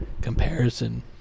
comparison